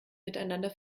miteinander